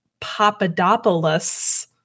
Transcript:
Papadopoulos